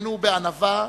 הצטיינו בענווה ובפשטות.